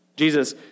Jesus